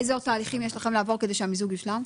איזה עוד תהליכים יש לכם לעבור כדי שהמיזוג יושלם?